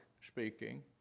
speaking